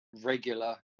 regular